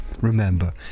Remember